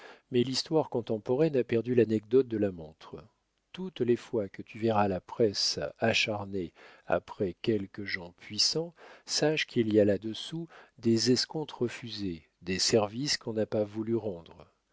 mais l'histoire contemporaine a perdu l'anecdote de la montre toutes les fois que tu verras la presse acharnée après quelques gens puissants sache qu'il y a là-dessous des escomptes refusés des services qu'on n'a pas voulu rendre